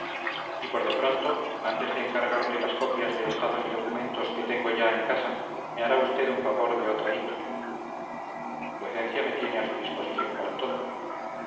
y por de pronto antes de encargarle las copias de estados y documentos que tengo ya en casa me hará usted un favor de otra índole vuecencia me tiene a su disposición para todo